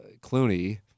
Clooney